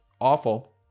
awful